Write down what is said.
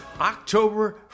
October